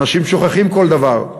אנשים שוכחים כל דבר.